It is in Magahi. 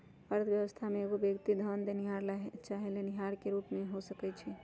अर्थव्यवस्था में एगो व्यक्ति धन देनिहार चाहे लेनिहार के रूप में हो सकइ छइ